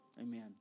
Amen